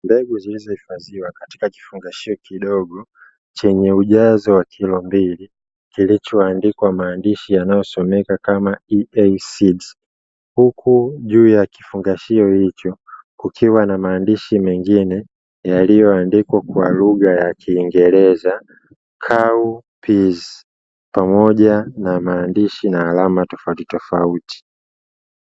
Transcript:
Mbegu zilizohifadhiwa katika kifungashio kidogo chenye ujazo wa kilo mbili kilicho andikwa maandishi yanayosomeka kama ''EASEED'' huku juu ya kifungashio hicho, kukiwa na maandishi mengine yaliyoandikwa kwa lugha ya kingereza ''COW PEAS'' pamoja na maandishi na alama tofautitofauti.